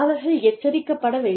அவர்கள் எச்சரிக்கப்பட வேண்டும்